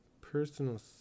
personal